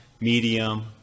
medium